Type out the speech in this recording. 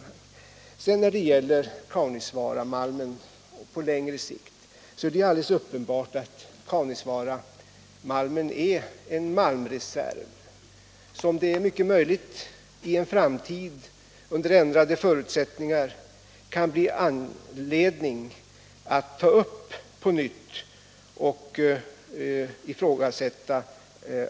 När det sedan gäller Kaunisvaaramalmen på längre sikt är det uppenbart att den är en malmreserv som vi under ändrade förutsättningar framdeles Nr 76 kan få anledning att på nytt